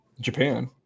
Japan